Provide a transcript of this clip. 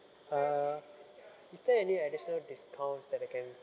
uh is there any additional discounts that I can